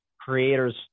creators